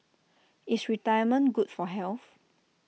is retirement good for health